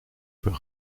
peut